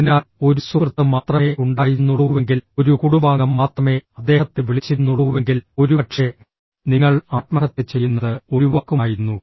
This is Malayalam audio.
അതിനാൽ ഒരു സുഹൃത്ത് മാത്രമേ ഉണ്ടായിരുന്നുള്ളൂവെങ്കിൽ ഒരു കുടുംബാംഗം മാത്രമേ അദ്ദേഹത്തെ വിളിച്ചിരുന്നുള്ളൂവെങ്കിൽ ഒരുപക്ഷേ നിങ്ങൾ ആത്മഹത്യ ചെയ്യുന്നത് ഒഴിവാക്കുമായിരുന്നു